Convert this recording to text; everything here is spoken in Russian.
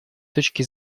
точки